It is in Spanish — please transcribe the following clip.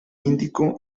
índico